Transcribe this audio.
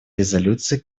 резолюции